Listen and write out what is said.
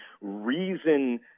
reason